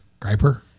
Griper